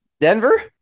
Denver